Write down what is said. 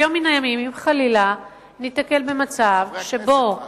ביום מן הימים, אם חלילה ניתקל במצב שבו